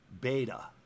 beta